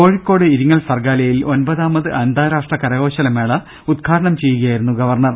കോഴിക്കോട് ഇരിങ്ങൽ സർഗാലയിൽ ഒമ്പതാമത് അന്താരാഷ്ട്ര കലാകരകൌശല മേള ഉദ്ഘാടനം ചെയ്യുകയായിരുന്നു ഗവർണർ